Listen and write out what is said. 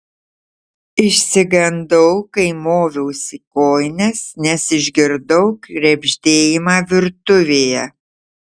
išsigandau kai moviausi kojines nes išgirdau krebždėjimą virtuvėje